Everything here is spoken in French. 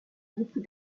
groupe